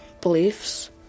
beliefs